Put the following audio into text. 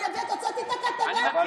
אני הוצאתי את הכתבה.